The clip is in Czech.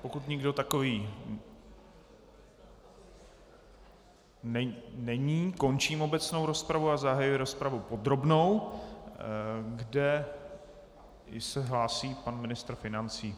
Pokud nikdo takový není, končím obecnou rozpravu a zahajuji rozpravu podrobnou, kde se hlásí pan ministr financí.